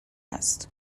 است